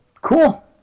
Cool